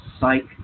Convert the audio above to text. psych